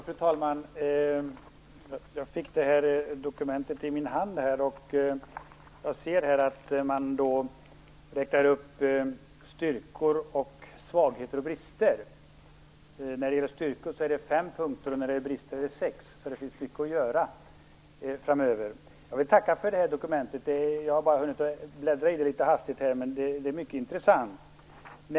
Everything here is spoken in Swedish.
Fru talman! Jag fick just det här dokumentet i min hand och ser att styrkor, svagheter och brister räknas upp. När det gäller styrkor finns det fem punkter och när det gäller brister finns det sex punkter. Det finns alltså mycket att göra framöver. Jag vill tacka för dokumentet, som jag bara som hastigast hunnit bläddra i. Det är mycket intressant.